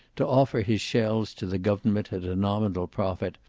to offer his shells to the government at a nominal profit,